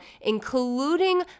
including